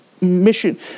mission